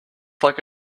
like